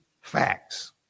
facts